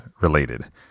related